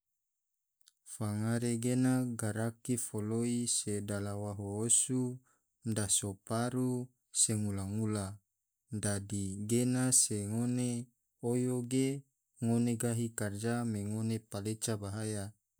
Fangare gena garaki foloi se dalawaho osu, daso paru, se ngula-ngula, dadi gena se ngone oyo ge ngone gahi karja mai ngone paleca bahaya.